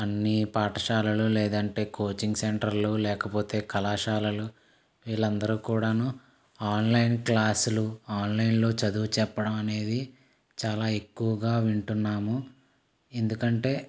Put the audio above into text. అన్నీ పాఠశాలలు లేదంటే కోచింగ్సెంటర్లు లేకపోతే కళాశాలలు వీళ్ళందరూ కూడాను ఆన్లైన్ క్లాసులూ ఆన్లైన్లో చదువు చెప్పడం అనేది చాలా ఎక్కువగా వింటున్నాము ఎందుకంటే